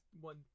one